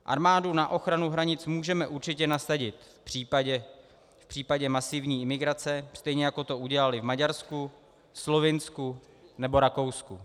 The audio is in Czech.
Armádu na ochranu hranic můžeme určitě nasadit v případě masivní imigrace, stejně jako to udělali v Maďarsku, Slovinsku nebo Rakousku.